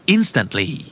Instantly